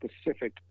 specific